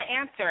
answer